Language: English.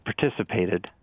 participated